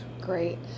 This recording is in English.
Great